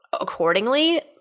accordingly